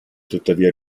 tuttavia